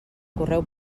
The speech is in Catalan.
correu